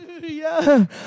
hallelujah